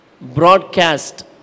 broadcast